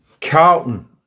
Carlton